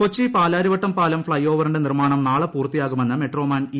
ശ്രീധരൻ കൊച്ചി പാലാരിവട്ടം പാലം ഫ്ളൈ ഓവറിന്റെ നിർമ്മാണം നാളെ പൂർത്തിയാകുമെന്ന് മെട്രോമാൻ ഇ